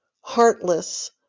heartless